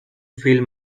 feel